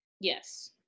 Yes